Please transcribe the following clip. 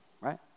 right